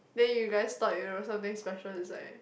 then you guys thought you know something special inside